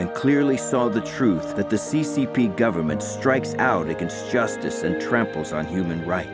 and clearly saw the truths that the c c p government strikes out against justice and tramples on human rights